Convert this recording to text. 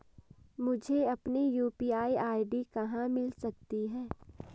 मुझे अपनी UPI ID कहां मिल सकती है?